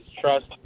trust